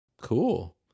Cool